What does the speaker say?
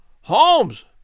Holmes